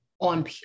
on